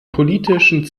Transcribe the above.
politischen